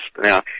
Now